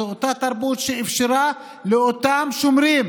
זה אותה תרבות שאפשרה לאותם שומרים